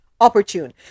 opportune